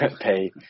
Pay